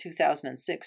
2006